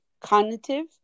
cognitive